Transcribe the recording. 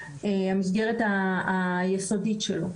המסגרת היסודית שלו.